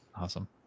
Awesome